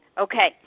Okay